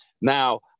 Now